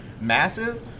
massive